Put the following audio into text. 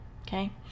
okay